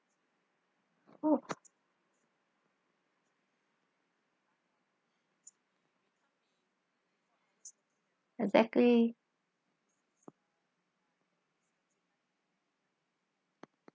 oh exactly